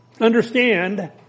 Understand